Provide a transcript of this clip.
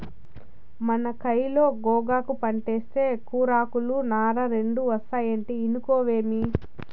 మన కయిలో గోగాకు పంటేస్తే కూరాకులు, నార రెండూ ఒస్తాయంటే ఇనుకోవేమి